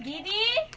दिदी